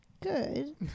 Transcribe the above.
Good